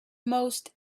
most